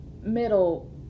middle